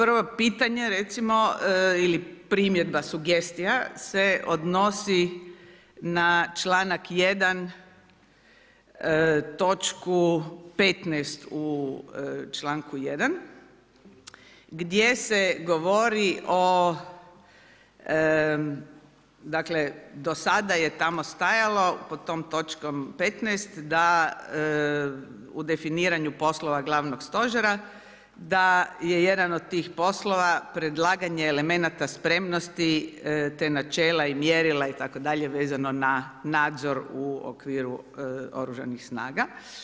Prvo pitanje, recimo ili primjedba, sugestija, se odnosi na čl. 1. točku 15 u čl. 1. gdje se govori o, dakle, do sada je tamo stajalo, pod tom točkom 15 da u definiranju poslova glavnog stožera da je jedan od tih poslova predlaganje elemenata spremnosti te načela i mjerila, itd. vezano na nadzor u okviru oružanih snaga.